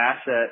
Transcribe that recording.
asset